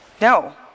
No